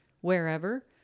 wherever